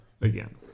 again